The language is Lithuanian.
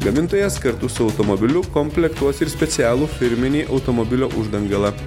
gamintojas kartu su automobiliu komplektuos ir specialų firminį automobilio uždangalą